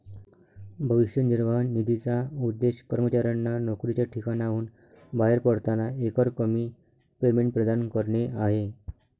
भविष्य निर्वाह निधीचा उद्देश कर्मचाऱ्यांना नोकरीच्या ठिकाणाहून बाहेर पडताना एकरकमी पेमेंट प्रदान करणे आहे